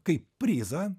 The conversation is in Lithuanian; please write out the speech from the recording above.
kaip prizą